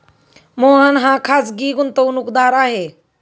मोहन हा खाजगी गुंतवणूकदार आहे